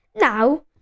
Now